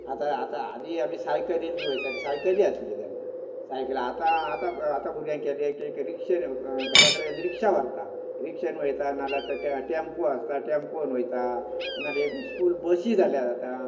आतां आतां आदी आमी सायकलीन बी वयताले सायकलीं आसल्यो तेन्ना सायकल आतां आतां आतां भुरग्यां रिक्शेन घरा कडेन येवन रिक्शा व्हरता रिक्शेन वयता नाजाल्यार तो टॅम्पो आसता टॅम्पोन वयता नाजाल्यार एक स्कूल बशीं जाल्यात आतां